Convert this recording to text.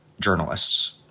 journalists